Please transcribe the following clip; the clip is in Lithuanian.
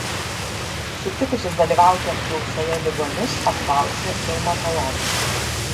sutikusius dalyvauti apklausoje ligonius apklausė reumatologas